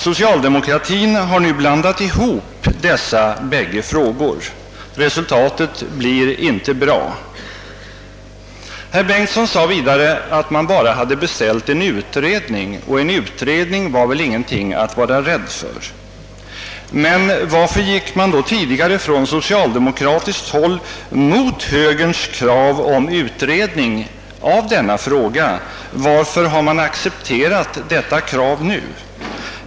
Socialdemokratin har nu blandat ihop dessa bägge frågor. Resultatet blir inte bra. Herr Bengtsson sade vidare att man bara hade beställt en utredning och att detta inte är någonting att vara rädd för. Varför gick då socialdemokraterna tidigare emot högerns krav på utredning av denna fråga för att nu acceptera detta krav?